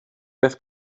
beth